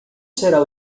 será